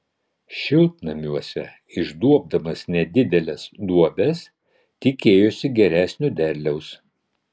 šiltnamiuose išduobdamas nedideles duobes tikėjosi geresnio derliaus